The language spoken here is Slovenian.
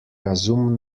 razum